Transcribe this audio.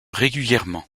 régulièrement